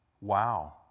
Wow